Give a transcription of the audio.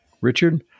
Richard